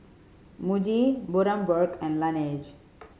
Muji Bundaberg and Laneige